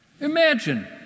Imagine